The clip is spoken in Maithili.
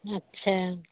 अच्छा